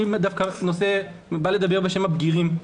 אני דווקא בא לדבר בשם הבגירים.